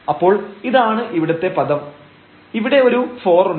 അപ്പോൾ ഇതാണ് ഇവിടത്തെ പദം ഇവിടെ ഒരു 4 ഉണ്ട്